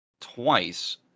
twice